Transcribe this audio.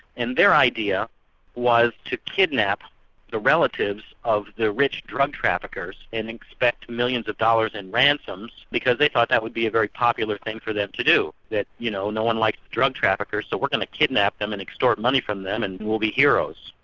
and their idea was to kidnap the relatives of the rich drug traffickers, then extract millions of dollars in ransoms, because they thought that would be a very popular thing for them to do, that you know no-one likes like drug traffickers, so we're going to kidnap them and extort money from them and we'll be heroes.